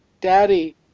Daddy